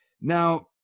Now